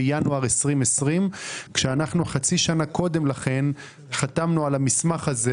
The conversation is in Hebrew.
בינואר 2020 כאשר אנחנו חצי שנה קודם לכן חתמנו על המסמך הזה